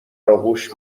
آغوش